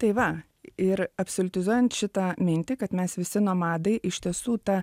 tai va ir absoliutizuojant šitą mintį kad mes visi nomadai iš tiesų ta